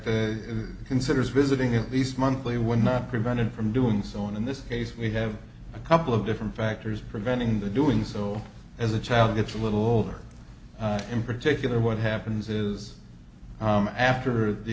the considers visiting at least monthly would not prevent him from doing so and in this case we have a couple of different factors preventing the doing so as a child gets a little older in particular what happens is after the